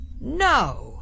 No